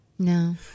No